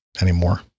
anymore